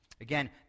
Again